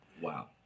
Wow